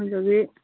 ꯑꯗꯒꯤ